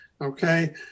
okay